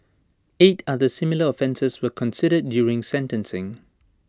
eight other similar offences were considered during sentencing